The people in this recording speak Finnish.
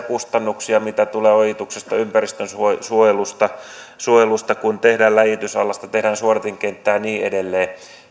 kustannuksia mitä tulee ojituksesta ympäristönsuojelusta kun tehdään läjitysallasta tehdään suodatinkenttää ja niin edelleen